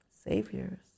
saviors